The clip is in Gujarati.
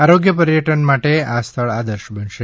આરોગ્ય પર્યટન માટે આ સ્થળ આદર્શ બનશે